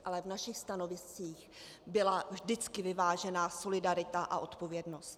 Ale v našich stanoviscích byla vždycky vyvážená solidarita a odpovědnost.